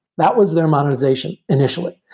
that was their monetization initially,